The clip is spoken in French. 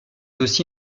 aussi